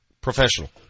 Professional